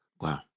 Wow